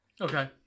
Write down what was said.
Okay